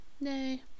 Nay